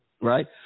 Right